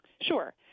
Sure